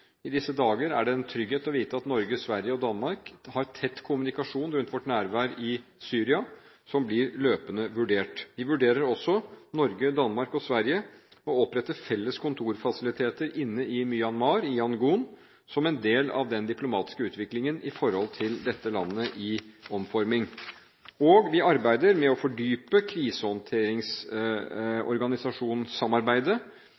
I disse dager er det en trygghet å vite at Norge, Sverige og Danmark har tett kommunikasjon rundt sitt nærvær i Syria – som blir løpende vurdert. Vi vurderer også – Norge, Danmark og Sverige – å opprette felles kontorfasiliteter inne i Myanmar, i Yangon, som en del av den diplomatiske utviklingen i forhold til dette landet i omforming. Vi arbeider med å fordype